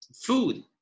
food